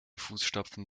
fußstapfen